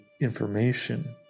information